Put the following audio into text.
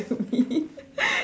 to me